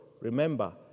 Remember